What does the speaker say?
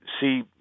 see